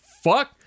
fuck